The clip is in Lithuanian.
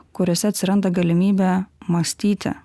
kuriose atsiranda galimybė mąstyti